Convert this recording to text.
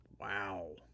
Wow